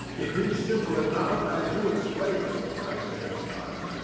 it is simple enough as you explain it, i said, smiling.